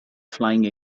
flying